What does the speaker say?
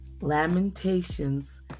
Lamentations